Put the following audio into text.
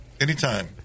Anytime